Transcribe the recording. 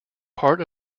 part